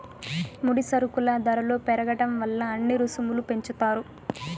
ముడి సరుకుల ధరలు పెరగడం వల్ల అన్ని రుసుములు పెంచుతారు